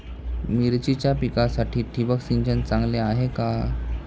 मिरचीच्या पिकासाठी ठिबक सिंचन चांगले आहे का?